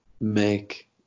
make